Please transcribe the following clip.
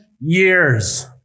years